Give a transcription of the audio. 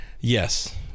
Yes